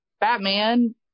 Batman